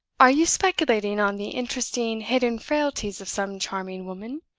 are you speculating on the interesting hidden frailties of some charming woman?